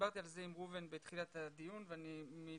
דיברתי על זה עם ראובן בתחילת הדיון ומדבריך,